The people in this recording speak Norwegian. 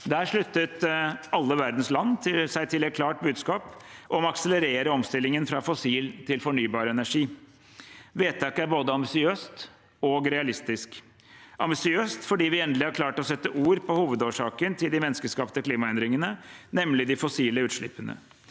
Der sluttet alle verdens land seg til et klart budskap om å akselerere omstillingen fra fossil til fornybar energi. Vedtaket er både ambisiøst og realistisk – ambisiøst fordi vi endelig har klart å sette ord på hovedårsaken til de menneskeskapte klimaendringene, nemlig de fossile utslippene,